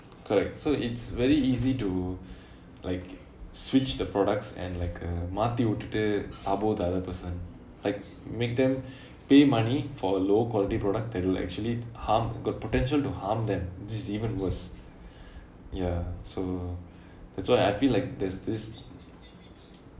correct so it's very easy to like switch the products and like uh மாத்திவிட்டுட்டு:maathivittutu sabotage the other person like make them pay money for a low quality product that will actually harm got potential to harm them which is even worse ya so that's why I feel like there's this